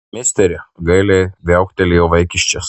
misteri gailiai viauktelėjo vaikiščias